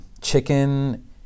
Chicken